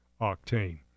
octane